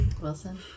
Wilson